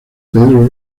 pedro